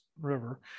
river